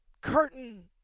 curtain